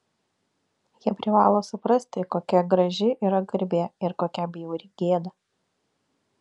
jie privalo suprasti kokia graži yra garbė ir kokia bjauri gėda